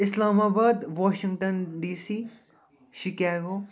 اسلام آباد Washington D C Chicago